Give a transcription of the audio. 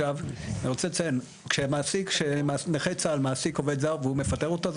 אני רוצה לציין שכשנכה צה"ל מעסיק עובד זר והוא מפטר אותו הוא